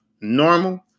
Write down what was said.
normal